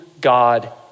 God